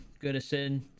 Goodison